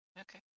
Okay